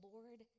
Lord